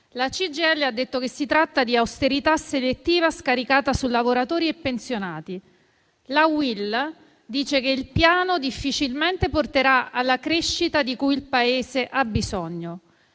La CGIL ha detto che si tratta di austerità selettiva, scaricata su lavoratori e pensionati. La UIL dice che difficilmente il Piano porterà alla crescita di cui il Paese ha bisogno.